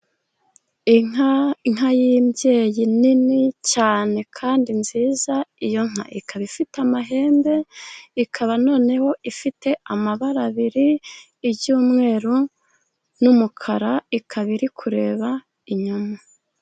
inka, inka y'imbyeyi nini cyane kandi nziza, iyo nka ikaba ifite amahembe, ikaba noneho ifite amabara abiri iry'umweru n'umukara. Ikaba iri kureba inyuma.